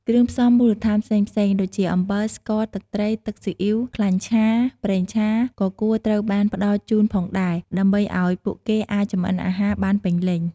គ្រឿងផ្សំមូលដ្ឋានផ្សេងៗ ដូចជា អំបិល ស្ករ ទឹកត្រី ទឹកស៊ីអុីវ ខ្លាញ់ឆា ប្រេងឆា ក៏គួរត្រូវបានផ្តល់ជូនផងដែរ ដើម្បីឱ្យពួកគេអាចចម្អិនអាហារបានពេញលេញ។